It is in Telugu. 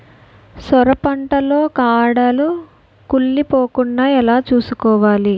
సొర పంట లో కాడలు కుళ్ళి పోకుండా ఎలా చూసుకోవాలి?